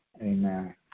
amen